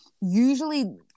usually